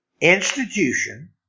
Institution